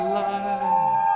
life